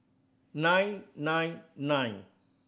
nine nine nine